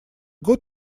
год